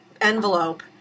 envelope